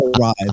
arrive